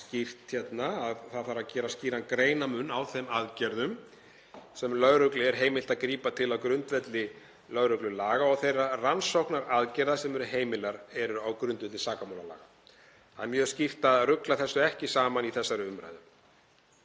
skýrt. Það þarf að gera skýran greinarmun á þeim aðgerðum sem lögreglu er heimilt að grípa til á grundvelli lögreglulaga og þeim rannsóknaraðgerðum sem heimilar eru á grundvelli sakamálalaga. Það er mjög mikilvægt að rugla þessu ekki saman í þessari umræðu.